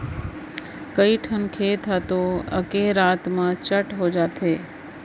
कइठन खेत ह तो एके रात म चट हो जाथे